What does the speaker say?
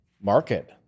market